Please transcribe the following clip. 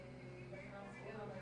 שאנחנו כל כך מתגאים בו,